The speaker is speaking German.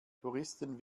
touristen